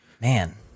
man